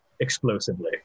explosively